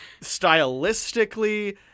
Stylistically